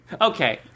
Okay